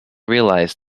realised